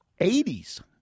80s